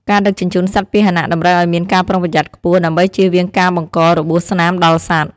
ការដឹកជញ្ជូនសត្វពាហនៈតម្រូវឱ្យមានការប្រុងប្រយ័ត្នខ្ពស់ ដើម្បីជៀសវាងការបង្ករបួសស្នាមដល់សត្វ។